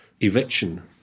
eviction